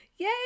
Yay